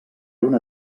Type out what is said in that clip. una